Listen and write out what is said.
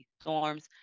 storms